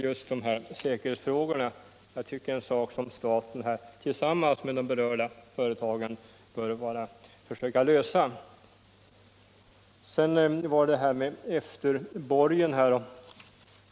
Just säkerhetsproblemen tycker jag är frågor som staten tillsammans med de berörda företagen bör försöka lösa. Sedan var det efterborgen.